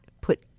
put